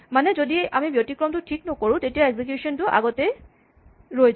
মানে যদি আমি ব্যতিক্ৰমটো ঠিক নকৰো তেতিয়া এক্সিকিউচন টো আগতেই ৰৈ যাব